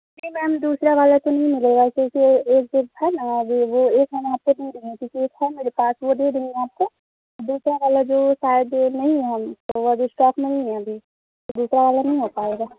نہیں میم دوسرا والا تو نہیں ملے گا کیونکہ ایک جو ہے نا وہ وہ ایک ہے نا کیونکہ ایک ہے میرے پاس وہ دے دیں گے آپ کو دوسرا والا جو شاید نہیں ہے وہ اسٹاک میں نہیں ہے ابھی دوسرا والا نہیں ہو پائے گا